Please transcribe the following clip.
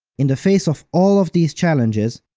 in the face of all of these challenges,